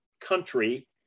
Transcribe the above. country